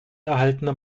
erhaltene